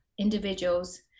individuals